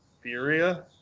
Furia